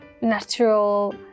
natural